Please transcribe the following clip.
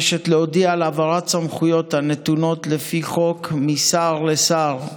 וההידיינות יוצרת מחסומים ומכשולים חדשים בקשרי המשפחה,